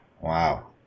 Wow